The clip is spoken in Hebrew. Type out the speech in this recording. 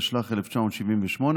התשל"ח 1978,